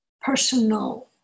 personal